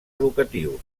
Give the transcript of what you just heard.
educatius